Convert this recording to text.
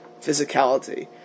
physicality